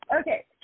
Okay